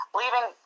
leaving